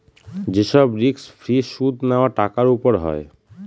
যে সব risk free সুদ নেওয়া টাকার উপর হয়